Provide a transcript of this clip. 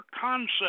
concept